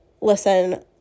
listen